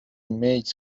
mates